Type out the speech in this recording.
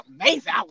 amazing